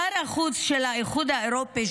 שר החוץ של האיחוד האירופי,